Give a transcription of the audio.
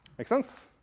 makes sense?